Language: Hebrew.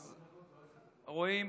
אז רואים,